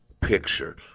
picture